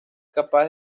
capaz